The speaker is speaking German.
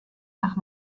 nach